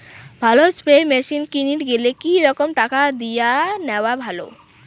ভালো spray machine কিনির গেলে কি রকম টাকা দিয়া নেওয়া ভালো?